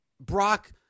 Brock